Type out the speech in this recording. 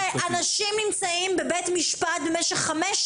אנשים נמצאים בבית המשפט במשך חמש,